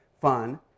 fun